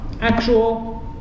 actual